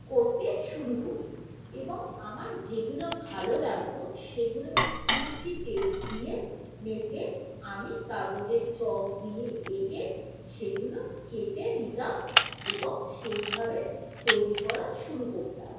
করতে শুরু করি এবং আমার যেগুলো ভালো লাগতো সেগুলো ইঞ্চি টেপ দিয়ে মেপে আমি কাগজে চক দিয়ে এঁকে সেগুলো কেটে নিতাম এবং সেই ভাবে তৈরি করা শুরু করতাম